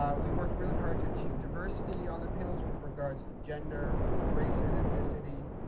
we worked really hard to achieve diversity on the panels with regards to gender, race and ethnicity,